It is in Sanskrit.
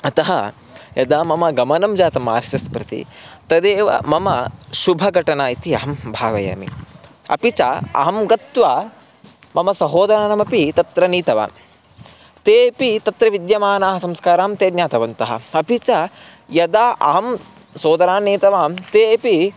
अतः यदा मम गमनं जातम् आर् एस् एस् प्रति तदेव मम शुभघटना इति अहं भावयामि अपि च अहं गत्वा मम सहोदरानपि तत्र नीतवान् तेपि तत्र विद्यमानान् संस्कारान् ते ज्ञातवन्तः अपि च यदा अहं सोदरान् नीतवान् तेपि